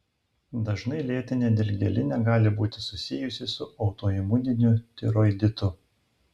dažnai lėtinė dilgėlinė gali būti susijusi su autoimuniniu tiroiditu